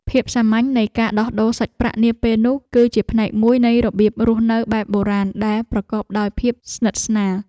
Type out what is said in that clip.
ភាពសាមញ្ញនៃការដោះដូរសាច់ប្រាក់នាពេលនោះ គឺជាផ្នែកមួយនៃរបៀបរស់នៅបែបបុរាណដែលប្រកបដោយភាពស្និទ្ធស្នាល។